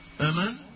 Amen